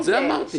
זה אמרתי.